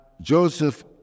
Joseph